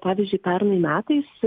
pavyzdžiui pernai metais